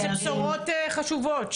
אלה בשורות חשובות.